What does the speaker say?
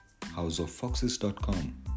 houseoffoxes.com